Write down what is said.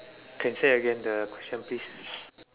K say again the question please